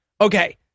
okay